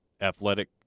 athletic